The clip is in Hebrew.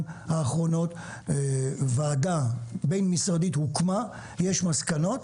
האחרונות; ועדה בין-משרדית הוקמה; יש מסקנות,